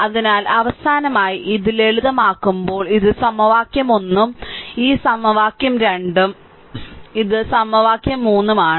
അതിനാൽ അവസാനമായി ഇത് ലളിതമാക്കുമ്പോൾ ഇത് സമവാക്യം 1 ഈ സമവാക്യം 2 ഉം ഇത് സമവാക്യം 3 ഉം ആണ്